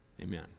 Amen